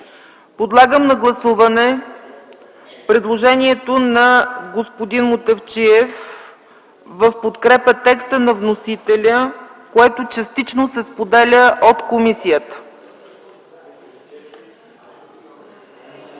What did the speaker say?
Подлагам на гласуване предложението на господин Мутафчиев в подкрепа на текста на вносителя, което частично се споделя от комисията.